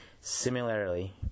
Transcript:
similarly